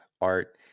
art